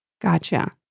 Gotcha